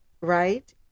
right